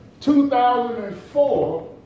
2004